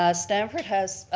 ah stamford has,